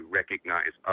recognize